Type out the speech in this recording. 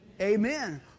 Amen